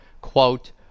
quote